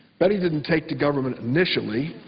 betty didn't take to government initially.